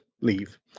Leave